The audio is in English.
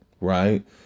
right